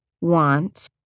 want